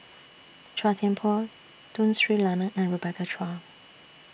Chua Thian Poh Tun Sri Lanang and Rebecca Chua